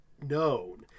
known